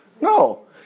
No